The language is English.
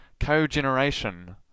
cogeneration